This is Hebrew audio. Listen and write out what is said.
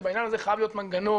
ובעניין הזה חייב להיות מנגנון